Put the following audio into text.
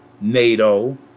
NATO